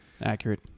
accurate